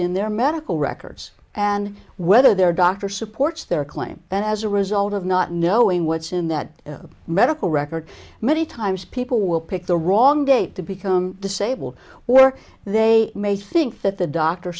in their medical records and whether their doctor supports their claim that as a result of not knowing what's in that medical record many times people will pick the wrong date to become disabled or they may think that the doctor